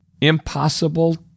impossible